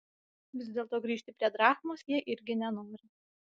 vis dėlto grįžti prie drachmos jie irgi nenori